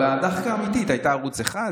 אבל הדחקה האמיתית הייתה ערוץ 1,